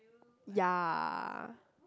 ya